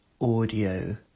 audio